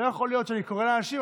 לא יכול להיות שאני קורא לאנשים,